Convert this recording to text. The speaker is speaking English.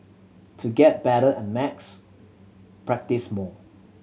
to get better at maths practise more